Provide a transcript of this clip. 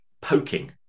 poking